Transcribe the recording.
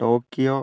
Tokyo